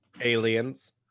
aliens